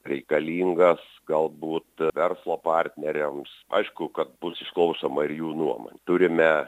reikalingas galbūt verslo partneriams aišku kad bus išklausoma ir jų nuomon turime